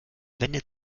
wendet